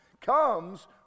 comes